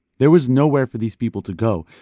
there was nowhere for these people to go.